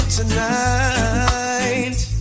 tonight